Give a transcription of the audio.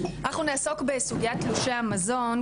אנחנו נעסוק בסוגיית תלושי המזון,